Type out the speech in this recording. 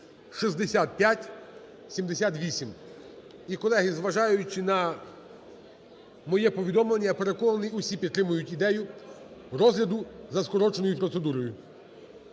(6578). І, колеги, зважаючи на моє повідомлення, я переконаний, усі підтримують ідею розгляду за скороченою процедурою.